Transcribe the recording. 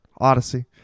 Odyssey